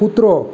કૂતરો